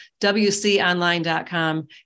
wconline.com